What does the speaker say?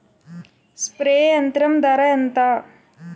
Spray యంత్రం ధర ఏంతా?